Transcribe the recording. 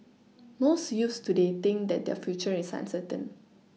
most youths today think that their future is uncertain